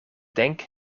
denk